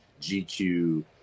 gq